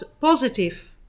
positive